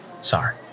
Sorry